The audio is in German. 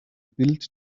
bild